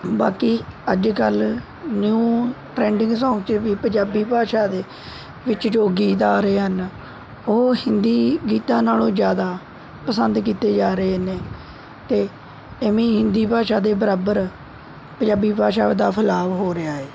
ਬਾਕੀ ਅੱਜ ਕੱਲ੍ਹ ਨਿਊ ਟ੍ਰੈਂਡਿੰਗ ਸੌਗ 'ਚ ਵੀ ਪੰਜਾਬੀ ਭਾਸ਼ਾ ਦੇ ਵਿੱਚ ਜੋ ਗੀਤ ਆ ਰਹੇ ਹਨ ਉਹ ਹਿੰਦੀ ਗੀਤਾਂ ਨਾਲ਼ੋਂ ਜ਼ਿਆਦਾ ਪਸੰਦ ਕੀਤੇ ਜਾ ਰਹੇ ਨੇ ਅਤੇ ਇਵੇਂ ਹਿੰਦੀ ਭਾਸ਼ਾ ਦੇ ਬਰਾਬਰ ਪੰਜਾਬੀ ਭਾਸ਼ਾ ਦਾ ਫੈਲਾਉ ਹੋ ਰਿਹਾ ਹੈ